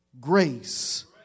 grace